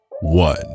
one